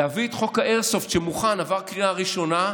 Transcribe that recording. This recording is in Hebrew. להביא את חוק האייר סופט שמוכן, עבר קריאה ראשונה,